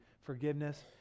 forgiveness